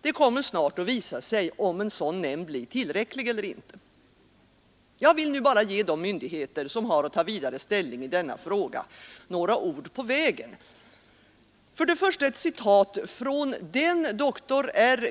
Det kommer snart att visa sig om en sådan nämnd blir tillräcklig eller inte. Jag vill nu endast ge de myndigheter, som har att ta vidare ställning i denna fråga, några ord på vägen. För det första ett citat från den doktor R.